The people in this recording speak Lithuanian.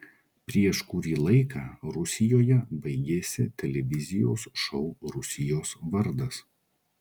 prieš kurį laiką rusijoje baigėsi televizijos šou rusijos vardas